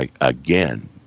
again